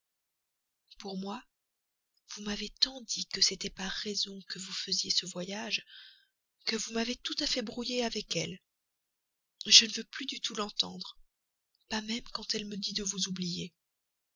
pour moi vous m'avez tant dit que c'était par raison que vous faisiez ce voyage que vous m'avez tout à fait brouillé avec elle je ne veux plus du tout l'entendre pas même quand elle me dit de vous oublier